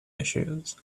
issues